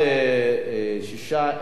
6, אין מתנגדים.